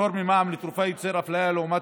פטור ממע"מ על תרופות יוצר אפליה לעומת